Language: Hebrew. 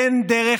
אדוני.